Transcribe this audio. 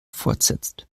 fortsetzt